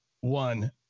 one